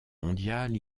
mondiale